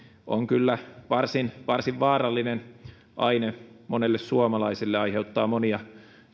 on kyllä varsin varsin vaarallinen aine monelle suomalaiselle se aiheuttaa monia